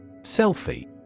Selfie